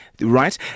right